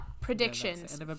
predictions